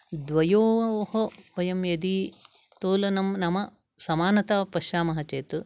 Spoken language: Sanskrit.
द्वयोः ओः वयं यदि तोलनं नाम सामानता पश्यामः चेत्